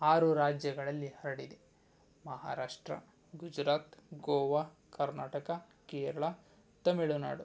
ಆರು ರಾಜ್ಯಗಳಲ್ಲಿ ಹರಡಿದೆ ಮಹಾರಾಷ್ಟ್ರ ಗುಜರಾತ್ ಗೋವಾ ಕರ್ನಾಟಕ ಕೇರಳ ತಮಿಳುನಾಡು